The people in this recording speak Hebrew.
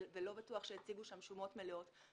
בעבר ולא בטוח שהציגו שם שומות מלאות.